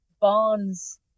bonds